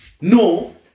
no